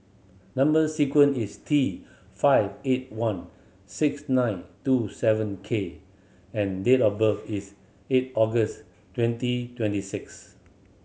number sequence is T five eight one six nine two seven K and date of birth is eight August twenty twenty six